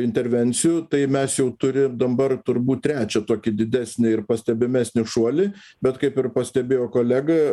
intervencijų tai mes jau turim dabar turbūt trečią tokį didesnį ir pastebimesnį šuolį bet kaip ir pastebėjo kolega